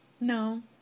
No